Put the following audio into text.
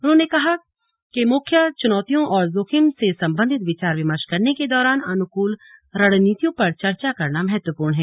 उन्होंने कहा का मुख्य चुनौतियों और जोखिम से संबंधित विचार विमर्श करने के दौरान अनुकूलन रणनीतियों पर चर्चा करना महत्वपूर्ण है